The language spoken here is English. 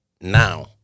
now